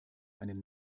einen